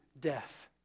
death